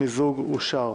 המיזוג אושר.